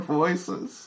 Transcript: voices